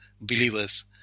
believers